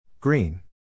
Green